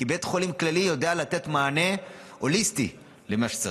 כי בית חולים כללי יודע לתת מענה הוליסטי למה שצריך.